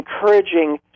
encouraging